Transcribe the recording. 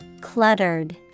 Cluttered